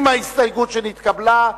עם ההסתייגות שנתקבלה,